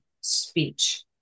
speech